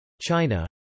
China